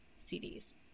cds